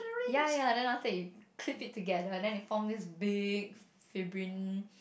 ya ya then after that you clip it together then it forms this big fibrin